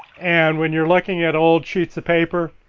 and when your looking at old sheets of paper,